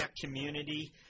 community